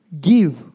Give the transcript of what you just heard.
give